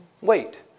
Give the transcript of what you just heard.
wait